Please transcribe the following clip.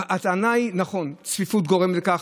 הטענה היא, נכון, צפיפות גורמת לכך.